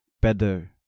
better